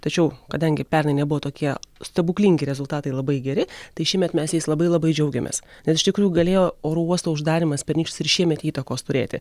tačiau kadangi pernai nebuvo tokie stebuklingi rezultatai labai geri tai šįmet mes jais labai labai džiaugiamės nes iš tikrųjų galėjo oro uosto uždarymas pernykštis ir šiemet įtakos turėti